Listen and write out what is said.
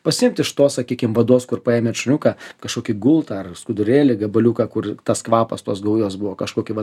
pasiimt iš to sakykim vados kur paėmėt šuniuką kažkokį gultą ar skudurėlį gabaliuką kur tas kvapas tos gaujos buvo kažkokį vat